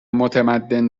متمدن